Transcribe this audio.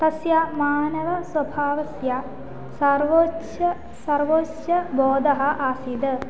तस्य मानवस्वभावस्य सर्वोच्छः सर्वस्य बोधः आसीत्